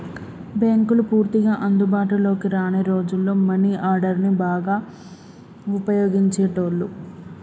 బ్యేంకులు పూర్తిగా అందుబాటులోకి రాని రోజుల్లో మనీ ఆర్డర్ని బాగా వుపయోగించేటోళ్ళు